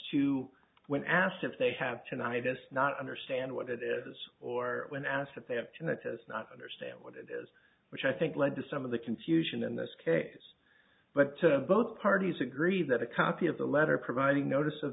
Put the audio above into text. to when asked if they have tonight does not understand what it is or when asked if they have to that does not understand what it is which i think led to some of the confusion in this case but both parties agree that a copy of the letter providing notice of